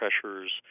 pressures